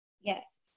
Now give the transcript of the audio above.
yes